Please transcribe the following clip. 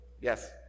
Yes